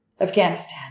Afghanistan